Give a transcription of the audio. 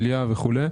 שלייה וכו'